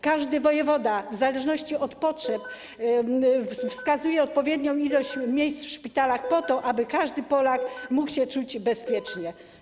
Każdy wojewoda w zależności od potrzeb wskazuje odpowiednią liczbę miejsc w szpitalach po to, aby każdy Polak mógł się czuć bezpiecznie.